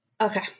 okay